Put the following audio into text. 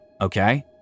okay